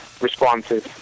responses